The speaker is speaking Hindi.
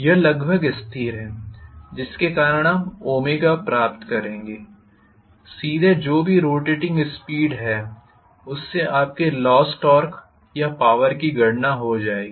यह लगभग स्थिर है जिसके कारण आप प्राप्त करेंगे सीधे जो भी रोटेटिंग स्पीड है उससे आपके लॉस टॉर्क या पॉवर की गणना हो जाएगी